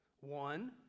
One